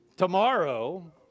Tomorrow